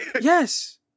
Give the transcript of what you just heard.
Yes